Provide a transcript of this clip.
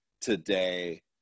today